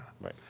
Right